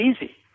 easy